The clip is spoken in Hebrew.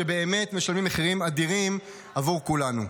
שבאמת משלמים מחירים אדירים עבור כולנו.